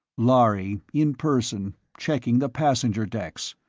lhari, in person, checking the passenger decks!